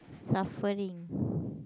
suffering